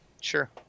sure